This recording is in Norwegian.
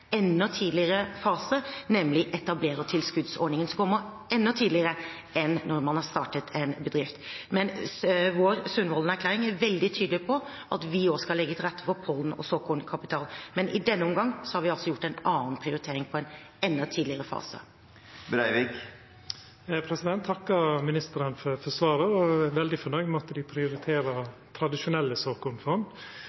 enda tidligere fase, nemlig etablerertilskuddsordningen, som kommer enda tidligere enn når man har startet en bedrift. Sundvolden-erklæringen er veldig tydelig på at vi også skal legge til rette for pollen- og såkornkapital, men i denne omgangen har vi altså gjort en annen prioritering: en enda tidligere fase. Eg takkar ministeren for svaret, og eg er veldig fornøgd med at dei prioriterer